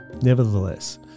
nevertheless